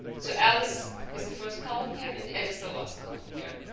so alice is the first column here and ed is the last column here